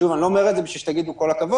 שוב, אני לא אומר את זה כדי שתגידו כל הכבוד,